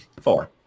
Four